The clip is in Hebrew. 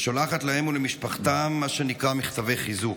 ושולחת להם ולמשפחתם מה שנקרא מכתבי חיזוק.